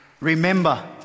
remember